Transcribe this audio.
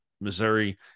Missouri